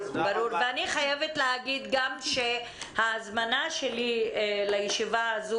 ואני חייבת להגיד גם שההזמנה שלי לישיבה הזו